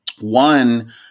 One